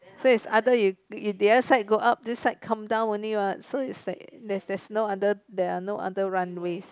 so is either you you the other side go up this side come down only what so is like there's there's no other there are no other runways